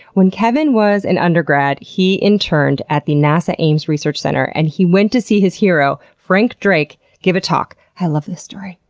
when kevin was an undergrad, he interned at the nasa ames research center and he went to see his hero frank drake give a talk. i love this story.